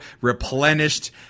replenished